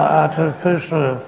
artificial